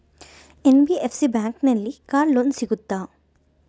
NBFC ಬ್ಯಾಂಕಿನಲ್ಲಿ car loan ಸಿಗುತ್ತಾ?